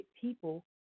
people